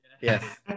yes